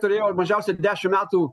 turėjo mažiausiai dešim metų